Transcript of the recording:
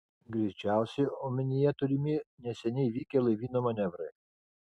greičiausiai omenyje turimi neseniai vykę laivyno manevrai